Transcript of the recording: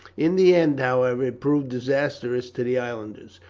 in the end, however, it proved disastrous to the islanders,